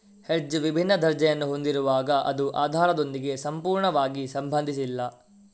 hedge ವಿಭಿನ್ನ ದರ್ಜೆಯನ್ನು ಹೊಂದಿರುವಾಗ ಅದು ಆಧಾರದೊಂದಿಗೆ ಸಂಪೂರ್ಣವಾಗಿ ಸಂಬಂಧಿಸಿಲ್ಲ